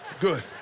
Good